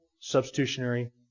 substitutionary